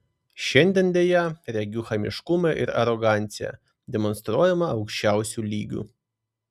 šiandien deja regiu chamiškumą ir aroganciją demonstruojamą aukščiausiu lygiu